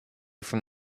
from